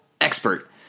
expert